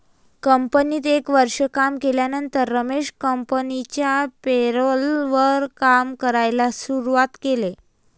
कंपनीत एक वर्ष काम केल्यानंतर रमेश कंपनिच्या पेरोल वर काम करायला शुरुवात केले